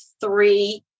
three